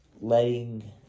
letting